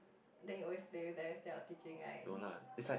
then you always play with them instead of teaching right